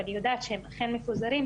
ואני יודעת שהם אכן מפוזרים,